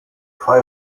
five